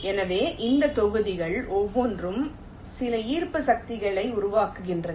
எனவே இந்த தொகுதிகள் ஒவ்வொன்றும் சில ஈர்ப்பு சக்திகளை உருவாக்குகின்றன